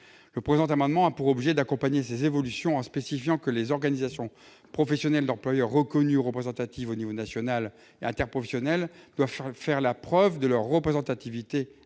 Le présent amendement a pour objet d'accompagner ces évolutions en spécifiant que les organisations professionnelles d'employeurs reconnues représentatives au niveau national et interprofessionnel doivent faire la preuve de leur représentativité